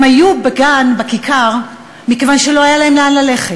הם היו בגן, בכיכר, מכיוון שלא היה להם ללכת.